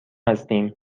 هستیم